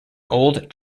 old